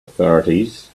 authorities